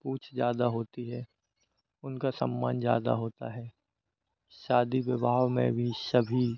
पुछ ज़्यादा होती है उनका सम्मान ज़्यादा होता है शादी विवाहों में भी सभी